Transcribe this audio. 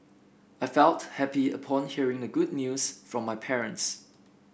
I felt happy upon hearing the good news from my parents